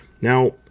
Now